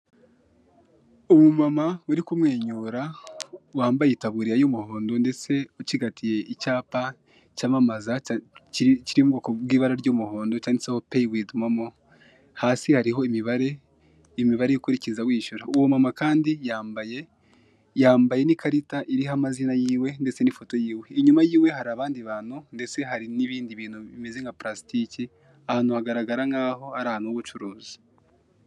Mituweli ni nziza cyane ni ubwisungane mu kwivuza uko bavuga, rero ibi ngibi ni gahunda ya leta ifasha umuntu wese kuba yakivuriza ku mafaranga makeya mu ubushobozi bwe uko bungana, cyane ko muri iyi minsi byabaye akarusho, hagiye mo n'ibintu byinshi, gutanga impyiko, kuvura kanseri n'ibindi.